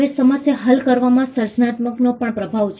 હવે સમસ્યા હલ કરવામાં સર્જનાત્મકતાનો પણ પ્રભાવ છે